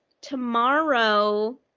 tomorrow